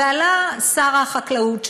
ועלה שר החקלאות,